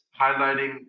highlighting